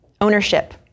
ownership